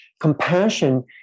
compassion